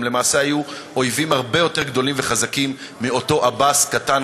הם למעשה היו אויבים הרבה יותר גדולים וחזקים מאותו עבאס קטן,